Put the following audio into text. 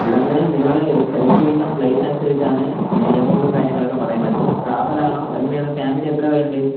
ഇവിടുന്ന് നിങ്ങൾ സെലക്റ്റ് ചെയ്യുന്ന പ്ലേസ് അനുസരിച്ചാണ് എമൗണ്ടും കാര്യങ്ങളൊക്കെ പറയുന്നത് ട്രാവൽ ആണോ എങ്ങനെയാണ് ഫാമിലി എത്ര പേരുണ്ട്